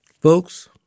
Folks